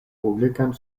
publikan